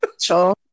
show